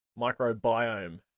microbiome